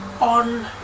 on